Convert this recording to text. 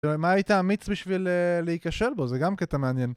מה היית אמיץ בשביל להיכשל בו, זה גם קטע מעניין.